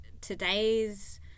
today's